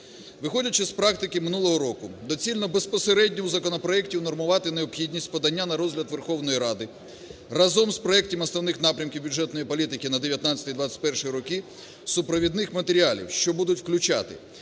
Виходячи з практики минулого року, доцільно безпосередньо в законопроекті унормувати необхідність подання на розгляд Верховної Ради разом з проектом Основних напрямків бюджетної політики на 2019-2021 роки супровідних матеріалів, що будуть включати